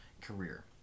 career